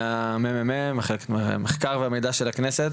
ממרכז המחקר והמידע של הכנסת,